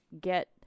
get